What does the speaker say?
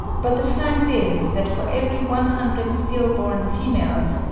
but the fact is, that for every one hundred still-born females,